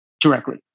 directly